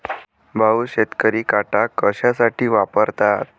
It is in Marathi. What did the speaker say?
भाऊ, शेतकरी काटा कशासाठी वापरतात?